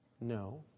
No